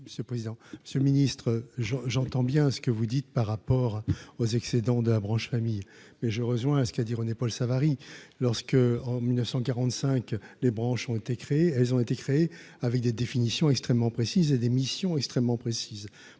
monsieur ce président ce ministre je j'entends bien ce que vous dites par rapport aux excédents de la branche famille mais je rejoins à ce qu'il a dit, René-Paul Savary lorsque, en 1945 les branches ont été créées, elles ont été créées avec des définitions extrêmement précises et des missions extrêmement précises,